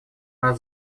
нас